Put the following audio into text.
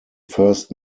first